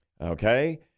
okay